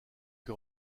que